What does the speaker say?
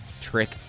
trick